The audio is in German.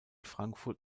frankfurt